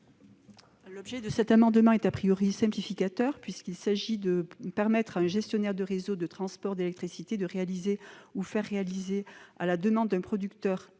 L'objet de l'amendement est simplificateur, puisqu'il s'agit de permettre à un gestionnaire de réseau de transport d'électricité de réaliser ou de faire réaliser, à la demande d'un producteur